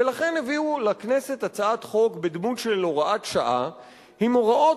ולכן הביאו לכנסת הצעת חוק בדמות של הוראת שעה עם הוראות